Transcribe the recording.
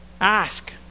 Ask